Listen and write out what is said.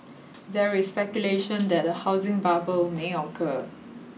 there is speculation that a housing bubble may occur